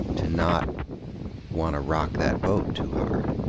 to not want to rock that boat too hard.